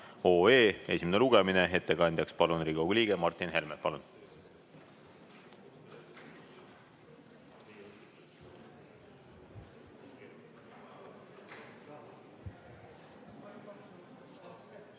379 esimene lugemine. Ettekandjaks palun Riigikogu liikme Martin Helme.